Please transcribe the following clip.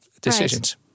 decisions